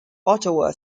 ottawa